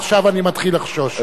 עכשיו אני מתחיל לחשוש.